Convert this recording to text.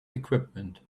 equipment